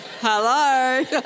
Hello